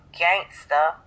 gangsta